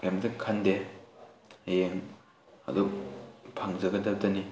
ꯀꯩꯝꯇ ꯈꯟꯗꯦ ꯍꯌꯦꯡ ꯑꯗꯨ ꯐꯪꯖꯒꯗꯕꯇꯅꯤ